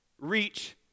reach